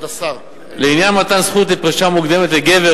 לעניין מתן זכות לפרישה מוקדמת לגבר